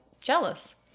jealous